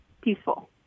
peaceful